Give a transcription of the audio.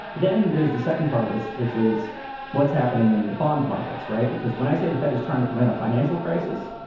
then there's the second part of this, which is what's happening in the bond markets. right. because when i say the fed is trying to prevent a financial crisis,